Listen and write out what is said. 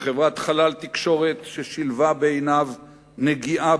וחברת "חלל תקשורת" ששילבה בעיניו נגיעה